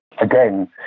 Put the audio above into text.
again